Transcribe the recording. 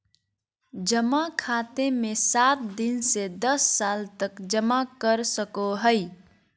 जमा खाते मे सात दिन से दस साल तक जमा कर सको हइ